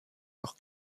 noch